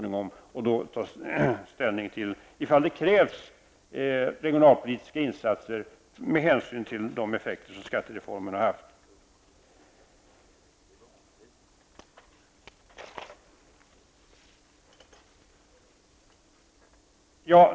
Då kan vi ta ställning till om det krävs regionalpolitiska insatser med hänsyn till skattereformens effekter.